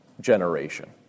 generation